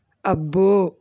అబ్బో